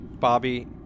Bobby